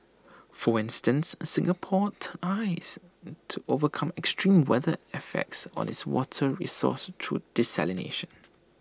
for instance Singapore ties to overcome extreme weather effects on its water resources through desalination